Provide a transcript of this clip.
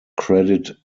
credit